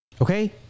Okay